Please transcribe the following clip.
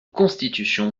constitution